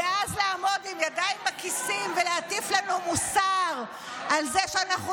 ואז לעמוד עם ידיים בכיסים ולהטיף לנו מוסר על זה שאנחנו